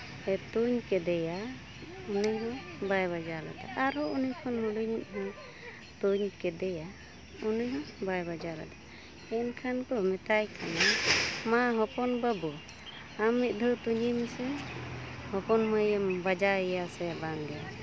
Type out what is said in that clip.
ᱮ ᱛᱩᱧ ᱠᱮᱫᱮᱭᱟ ᱩᱱᱤ ᱵᱟᱭ ᱵᱟᱡᱟᱣ ᱞᱮᱫᱟ ᱟᱨᱚ ᱩᱱᱤ ᱠᱷᱚᱱ ᱦᱩᱰᱤᱧᱤᱡ ᱦᱚᱸ ᱛᱩᱧ ᱠᱮᱫᱮᱭᱟ ᱩᱱᱤ ᱦᱚᱸ ᱵᱟᱭ ᱵᱟᱡᱟᱣ ᱞᱮᱫᱮᱭᱟ ᱮᱱᱠᱷᱟᱱ ᱠᱚ ᱢᱮᱛᱟᱭ ᱠᱟᱱᱟ ᱢᱟ ᱦᱚᱯᱚᱱ ᱵᱟᱹᱵᱩ ᱟᱢ ᱢᱤᱫ ᱫᱷᱟᱹᱣ ᱛᱩᱧᱮ ᱢᱮᱥᱮ ᱦᱚᱯᱚᱱ ᱢᱟᱹᱭᱮᱢ ᱵᱟᱡᱟᱣᱮᱭᱟ ᱥᱮ ᱵᱟᱝᱜᱮ